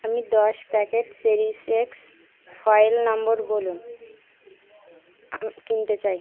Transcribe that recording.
আমি দশ প্যাকেট চেরিশএক্স ফয়েল নম্বর বলুন কিনতে চাই